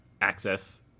Access